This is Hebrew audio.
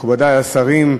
מכובדי השרים,